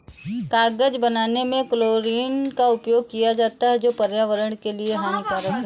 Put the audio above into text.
कागज बनाने में क्लोरीन का प्रयोग किया जाता है जो पर्यावरण के लिए हानिकारक है